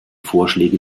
vorschläge